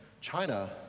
China